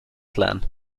plan